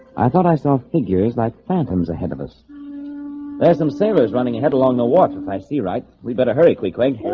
i thought i saw figures like phantoms ahead of us there's some sailors running ahead along the waters. i see right we better hurry queequeg